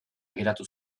geratu